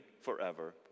forever